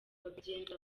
babigenza